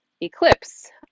eclipse